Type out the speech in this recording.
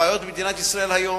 הבעיות במדינת ישראל היום,